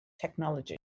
technology